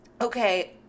Okay